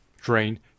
drain